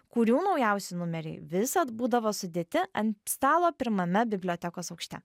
kurių naujausi numeriai visad būdavo sudėti ant stalo pirmame bibliotekos aukšte